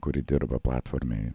kurie dirba platformėj